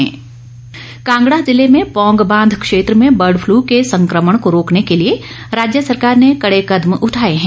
मख्यमंत्री कांगड़ा जिले में पौंग बांध क्षेत्र में बर्ड फ्लू के संक्रमण को रोकने के लिए राज्य सरकार ने कड़े कदम उठाए हैं